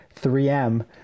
3M